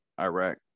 Iraq